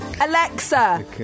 Alexa